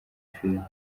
filime